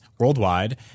worldwide